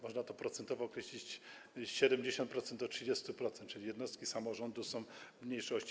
Można to procentowo określić: 70% do 30%, czyli jednostki samorządu są w mniejszości.